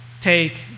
take